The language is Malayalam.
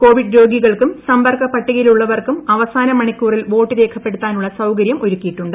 കോവിഡ് രോഗികൾക്കുപ്പ് സമ്പർക്ക പട്ടികയിലുള്ളവർക്കും അവസാന മണിക്കൂറിൽ ് ്വോട്ട് രേഖപ്പെടുത്താനുള്ള സൌകര്യം ഒരുക്കിയിട്ടുണ്ട്